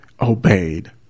obeyed